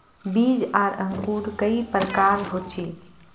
बीज आर अंकूर कई प्रकार होचे?